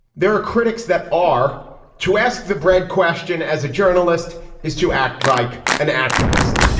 there are critics that are to ask the bread question. as a journalist is to act like an activist.